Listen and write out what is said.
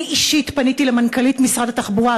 אני אישית פניתי למנכ"לית משרד התחבורה,